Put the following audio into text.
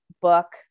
book